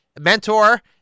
mentor